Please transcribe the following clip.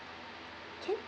can